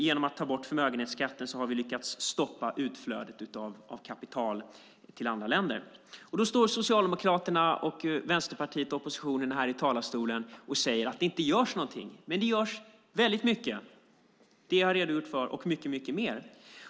Genom att ta bort förmögenhetsskatten har vi lyckats stoppa utflödet av kapital till andra länder. Då står Socialdemokraterna och Vänsterpartiet, oppositionen, här i talarstolen och säger att det inte görs någonting. Men det görs väldigt mycket - det jag har redogjort för och mycket mer.